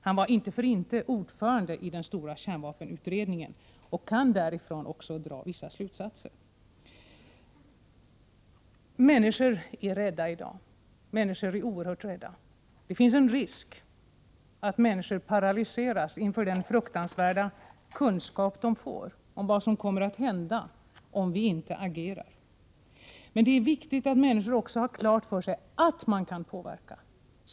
Han var inte för inte ordförande i den stora kärnvapenutredningen och kan även därifrån dra vissa slutsatser. Människor är rädda i dag — oerhört rädda. Det finns en risk att människor paralyseras inför den fruktansvärda kunskap de får om vad som kommer att hända, om vi inte agerar. Men det är viktigt att människor också har klart för sig att man kan påverka.